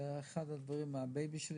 זה היה הבייבי שלי